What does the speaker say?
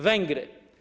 Węgry.